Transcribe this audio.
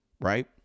right